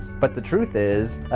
but the truth is